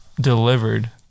delivered